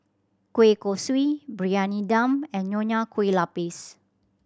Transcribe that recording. kueh kosui Briyani Dum and Nonya Kueh Lapis